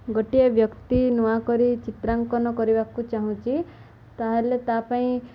ଗୋଟିଏ ବ୍ୟକ୍ତି ନୂଆକରି ଚିତ୍ରାଙ୍କନ କରିବାକୁ ଚାହୁଁଛି ତା'ହେଲେ ତା ପାଇଁ